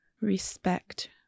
Respect